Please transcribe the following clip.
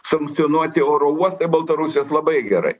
sankcionuoti oro uostai baltarusijos labai gerai